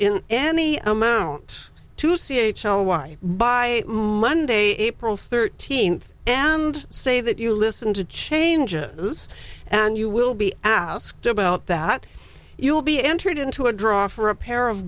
in any amount to c h l y by monday april thirteenth and say that you listen to changes and you will be asked about that you will be entered into a draw for a